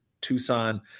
Tucson